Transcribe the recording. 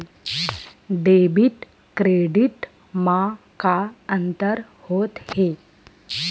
Debit credit मा का अंतर होत हे?